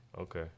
okay